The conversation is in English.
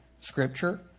Scripture